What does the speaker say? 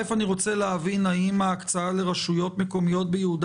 אני רוצה להבין אם ההקצאה לרשויות ביהודה